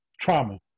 trauma